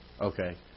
okay